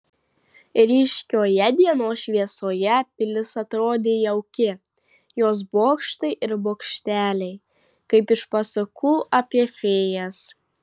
ryškioje dienos šviesoje pilis atrodė jauki jos bokštai ir bokšteliai kaip iš pasakų apie fėjas